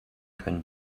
können